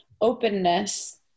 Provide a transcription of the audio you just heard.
openness